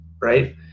Right